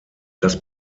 das